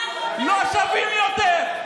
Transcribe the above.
לא שווים יותר.